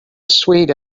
suite